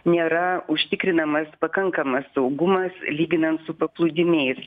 nėra užtikrinamas pakankamas saugumas lyginant su paplūdimiais